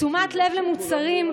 תשומת לב למוצרים,